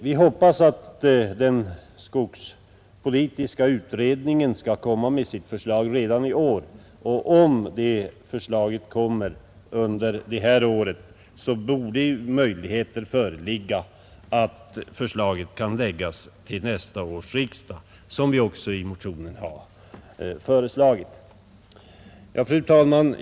Vi hoppas att den skogspolitiska utredningen skall framlägga sitt förslag redan i år. Blir det fallet borde möjligheter finnas att förelägga nästa års riksdag en proposition, som vi också i motionen har föreslagit. Fru talman!